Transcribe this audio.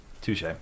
Touche